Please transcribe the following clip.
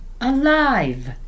alive